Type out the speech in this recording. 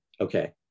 okay